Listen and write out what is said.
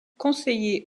conseiller